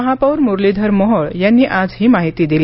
महापौर मुरलीधर मोहोळ यांनी आज ही माहिती दिली